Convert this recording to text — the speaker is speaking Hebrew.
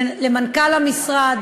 למנכ"ל המשרד,